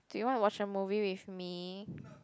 do you want to watch a movie with me